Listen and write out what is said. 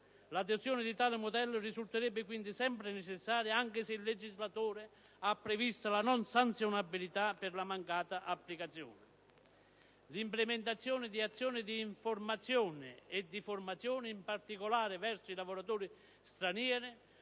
L'adozione di tale modello risulterebbe quindi sempre necessaria, anche se il legislatore ha previsto la non sanzionabilità per la mancata applicazione. Occorre inoltre l'implementazione di azioni d'informazione e di formazione, in particolare verso i lavoratori stranieri,